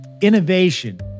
innovation